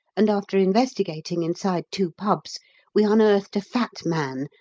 and after investigating inside two pubs we unearthed a fat man,